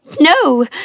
No